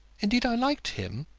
indeed i liked him.